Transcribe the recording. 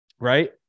right